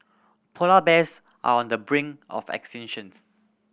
polar bears are on the brink of extinctions